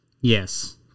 Yes